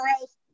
else